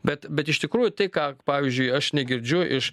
bet bet iš tikrųjų tai ką pavyzdžiui aš negirdžiu iš